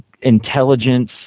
intelligence